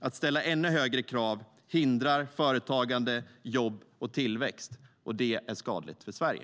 Att ställa ännu högre krav hindrar företagande, jobb och tillväxt, och det är skadligt för Sverige.